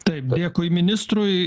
taip dėkui ministrui